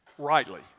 rightly